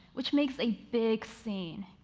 which makes a big scene,